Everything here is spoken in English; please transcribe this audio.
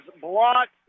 blocked